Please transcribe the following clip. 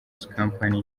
company